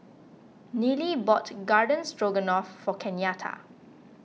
Nealy bought Garden Stroganoff for Kenyatta